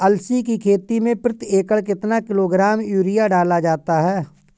अलसी की खेती में प्रति एकड़ कितना किलोग्राम यूरिया डाला जाता है?